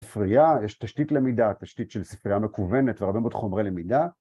ספרייה, יש תשתית למידה, תשתית של ספרייה מקוונת והרבה מאוד חומרי למידה